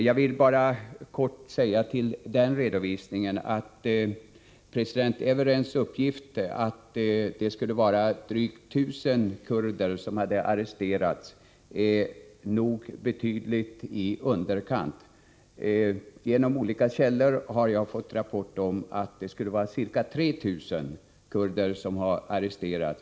Med anledning av utrikesministerns redovisning vill jag bara kortfattat säga att president Evrens uppgift att drygt 1 000 kurder har arresterats nog är betydligt i underkant. Genom olika källor har jag fått rapporter om att det är ca 3 000 kurder som har arresterats.